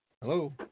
Hello